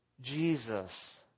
Jesus